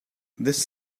this